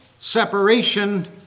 separation